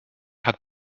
hat